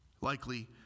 Likely